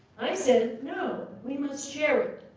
i said, no, we must share it.